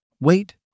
Wait